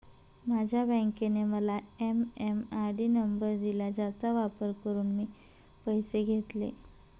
माझ्या बँकेने मला एम.एम.आय.डी नंबर दिला ज्याचा वापर करून मी पैसे घेतले